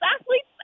athletes